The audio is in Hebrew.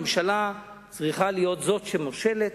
ממשלה צריכה להיות זו שמושלת,